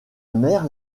mère